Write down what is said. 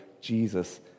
Jesus